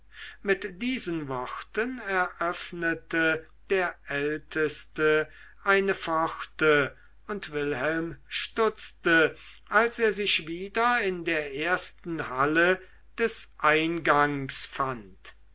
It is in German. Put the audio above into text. mit diesen worten eröffnete der älteste eine pforte und wilhelm stutzte als er sich wieder in der ersteren halle des eingangs fand